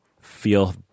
feel